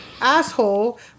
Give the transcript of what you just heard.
asshole